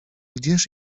gdzież